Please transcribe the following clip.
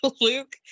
Luke